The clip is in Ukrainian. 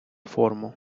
форму